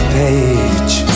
page